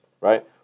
right